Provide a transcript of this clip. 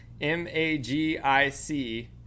M-A-G-I-C